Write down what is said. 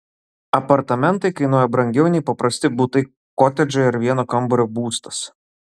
apartamentai kainuoja brangiau nei paprasti butai kotedžai ar vieno kambario būstas